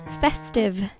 festive